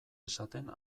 esaten